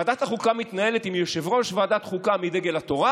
ועדת החוקה מתנהלת עם יושב-ראש ועדת חוקה מדגל התורה